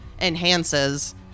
enhances